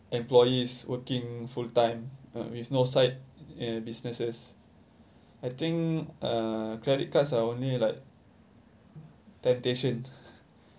employees working full time uh with no side uh businesses I think uh credit cards are only like temptation